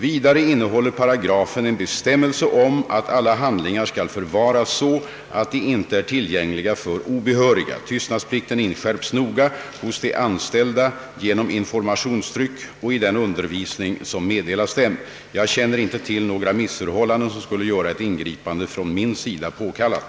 Vidare innehåller paragrafen en bestämmelse om att alla handlingar skall förvaras så att de inte är tillgängliga för obehöriga. Tystnadsplikten inskärps noga hos de anställda genom informationstryck och i den undervisning som meddelas dem. Jag känner inte till några missförhållanden som skulle göra ett ingripande från min sida påkallat.